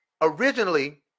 originally